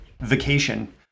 vacation